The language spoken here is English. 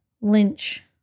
Lynch